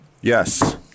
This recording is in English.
yes